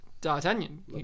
d'artagnan